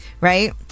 right